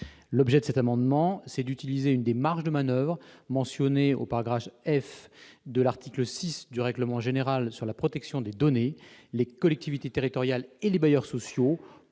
paie. » Cet amendement a pour objet d'utiliser une des marges de manoeuvre mentionnées au f du 1 de l'article 6 du règlement général sur la protection des données. Les collectivités territoriales et les bailleurs sociaux